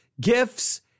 gifts